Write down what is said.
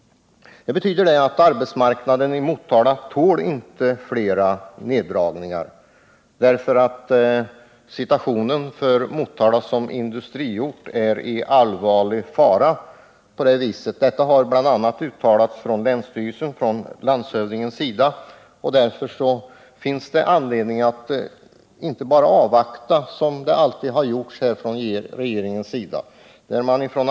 Det betyder att arbetsmarknaden i Motala inte tål fler neddragningar. Motala som industriort är på detta vis i allvarlig fara. Detta har uttalats bl.a. från länsstyrelsens sida och av landshövdingen. Det finns därför anledning att inte bara avvakta, som regeringen hela tiden har gjort.